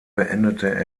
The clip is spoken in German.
beendete